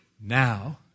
Now